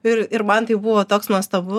ir ir man tai buvo toks nuostabu